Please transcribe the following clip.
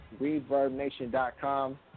reverbnation.com